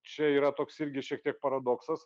čia yra toks irgi šiek tiek paradoksas